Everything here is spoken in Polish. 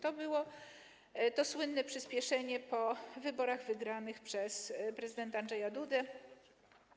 To było to słynne przyspieszenie po wyborach wygranych przez prezydenta Andrzeja Dudę.